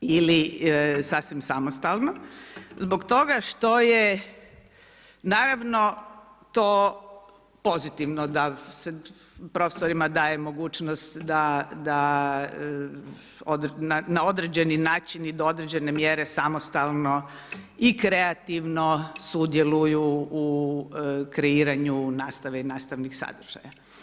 Ili sasvim samostalno, zbog toga što je naravno, to pozitivno da se profesorima daje mogućnost da do određenim načini do određene mjere samostalno i kreativno sudjeluju u kreiranju nastave i nastavnih sadržaja.